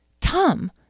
Tom